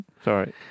Sorry